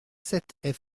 sept